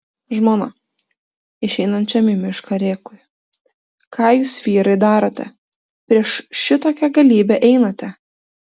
žmona išeinančiam į mišką rėkui ką jūs vyrai darote prieš šitokią galybę einate